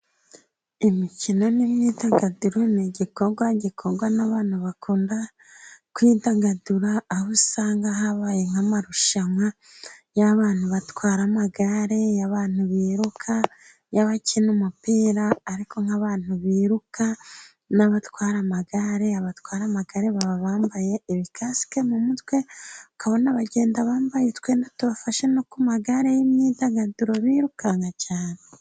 Imikino n'imyidagaduro ni igikorwa gikundwa n'abantu bakunda kwidagadura, aho usanga habaye nk'amarushanwa y'abana batwara amagare, y'abantu biruka, y'abakina umupira, ariko nk'abantu biruka n'abatwara amagare, abatwara amagare baba bambaye ibikasike mu mutwe, ukabona bagenda bambaye utwenda tubafashe, no ku magare y'imyidagaduro birukanka cyane.